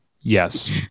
Yes